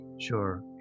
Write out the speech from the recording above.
Sure